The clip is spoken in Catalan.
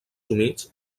humits